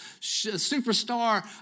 superstar